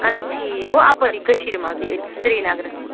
اَدٕ ٹھیٖک گوٚو اَپٲری کٔشیٖرِ منٛزٕے أتی سرینگرَس